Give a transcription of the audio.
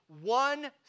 one